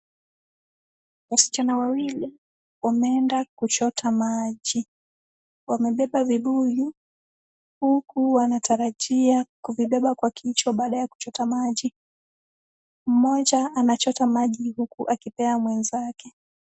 Wasichana wawili wameenda kuchota maji. Wamebeba vibuyu huku wanatarajia kuvibeba kwa kichwa baada ya kuchota maji. Mmoja anachota maji huku akipea mwenzake.